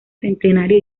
centenario